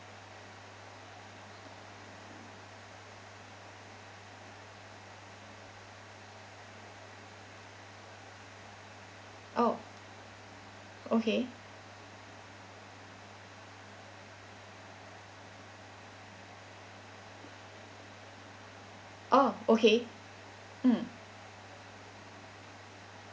oh okay oh okay mm